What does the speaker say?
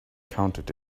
counted